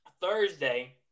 Thursday